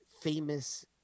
famous